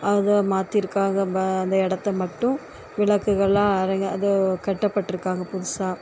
அதை மாத்திருக்காக அந்த இடத்த மட்டும் விளக்குகள்லாம் அழகா அதோ கட்டப்பட்டுருக்காங்க புதுசாக